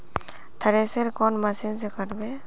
Thresher कौन मशीन से करबे?